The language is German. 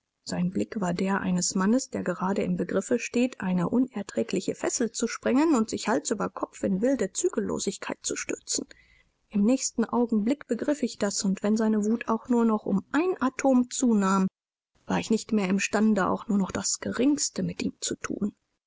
sein blick war der eines mannes der gerade im begriffe steht eine unerträgliche fessel zu sprengen und sich hals über kopf in wilde zügellosigkeit zu stürzen im nächsten augenblick begriff ich das und wenn seine wut auch nur noch um ein atom zunahm war ich nicht mehr imstande auch nur noch das geringste mit ihm zu thun